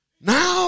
Now